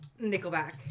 Nickelback